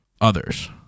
others